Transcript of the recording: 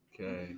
okay